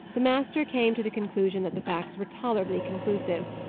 the master came to the conclusion that the facts were tolerably conclusive.